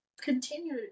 continue